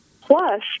Plus